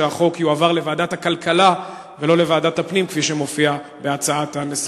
שהחוק יועבר לוועדת הכלכלה ולא לוועדת הפנים כפי שמופיע בהצעת הנשיאות.